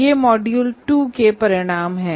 ये मॉड्यूल 2 के आउटकम हैं